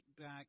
back